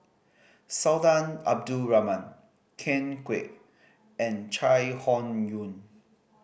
Sultan Abdul Rahman Ken Kwek and Chai Hon Yoong